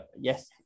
yes